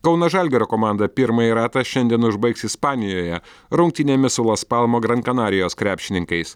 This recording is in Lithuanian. kauno žalgirio komanda pirmąjį ratą šiandien užbaigs ispanijoje rungtynėmis su laspalmo gran kanarijos krepšininkais